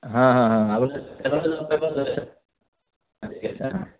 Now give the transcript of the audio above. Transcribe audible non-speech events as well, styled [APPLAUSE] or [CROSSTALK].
[UNINTELLIGIBLE]